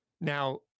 now